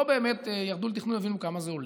לא באמת ירדו לתכנון והבינו כמה זה עולה.